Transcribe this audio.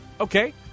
Okay